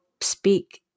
speak